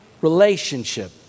relationship